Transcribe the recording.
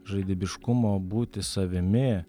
žaidybiškumo būti savimi